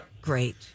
great